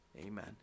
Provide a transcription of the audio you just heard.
Amen